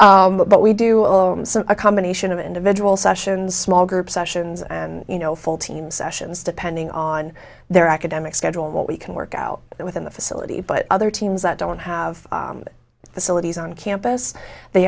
but we do a combination of individual sessions small group sessions and you know full team sessions depending on their academic schedule and what we can work out within the facility but other teams that don't have the salafis on campus they